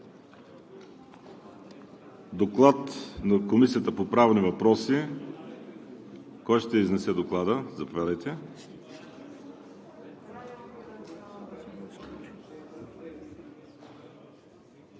Доклад на Комисията по правни въпроси. Кой ще изнесе Доклада? Заповядайте.